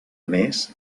més